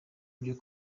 byo